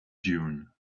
dune